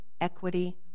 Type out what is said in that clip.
equity